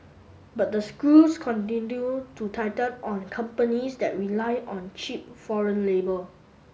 but the screws continue to tighten on companies that rely on cheap foreign labour